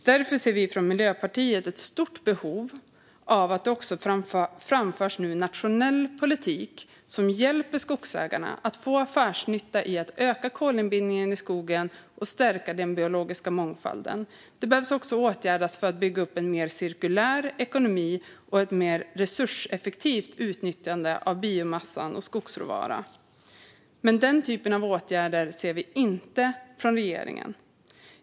Därför ser vi från Miljöpartiet ett stort behov att det nu förs en nationell politik som hjälper skogsägarna att få affärsnytta i att öka kolinbindningen i skogen och stärka den biologiska mångfalden. Det behövs också åtgärder för att bygga upp en mer cirkulär ekonomi och ett mer resurseffektivt utnyttjande av biomassan och skogsråvaran. Men den typen av åtgärder ser vi inte från regeringen.